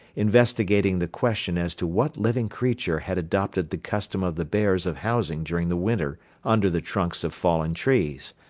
investigating the question as to what living creature had adopted the custom of the bears of housing during the winter under the trunks of fallen trees.